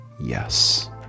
yes